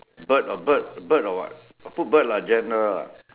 bird or bird bird or what put bird lah general lah